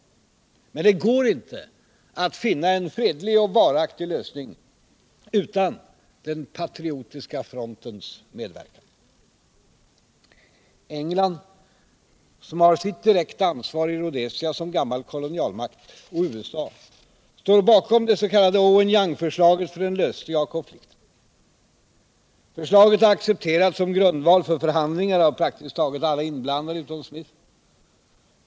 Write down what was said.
Det går dock inte att finna en fredlig och varaktig lösning utan Patriotiska frontens medverkan. England, som har sitt direkta ansvar i Rhodesia som gammal kolonialmakt, och USA står bakom det s.k. Owen-Young-förslaget för en lösning av konflikten. Förslaget har accepterats som grundval för förhandlingar av praktiskt taget alla inblandade utom Smith.